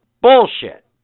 Bullshit